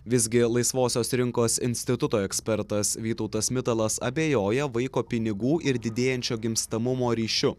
visgi laisvosios rinkos instituto ekspertas vytautas mitalas abejoja vaiko pinigų ir didėjančio gimstamumo ryšiu